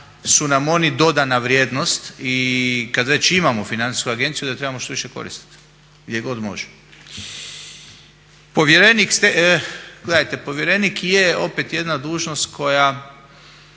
su nam oni dodana vrijednost i kada već imamo financijsku agenciju da je trebamo što više koristiti gdje god možemo. Povjerenik, gledajte povjerenik je opet jedna dužnost koja,